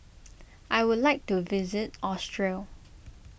I would like to visit Austria